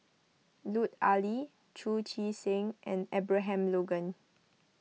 Lut Ali Chu Chee Seng and Abraham Logan